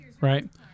Right